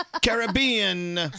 Caribbean